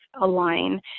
align